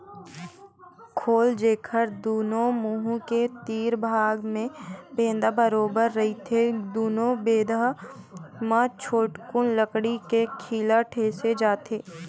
खोल, जेखर दूनो मुहूँ के तीर भाग म बेंधा बरोबर रहिथे दूनो बेधा म छोटकुन लकड़ी के खीला ठेंसे जाथे